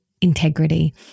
integrity